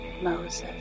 Moses